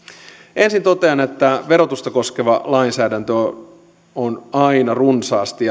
ensin totean että verotusta koskeva lainsäädäntö on aina runsaasti